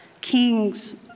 kings